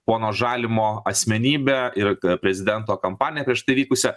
pono žalimo asmenybę ir prezidento kampaniją prieš tai vykusią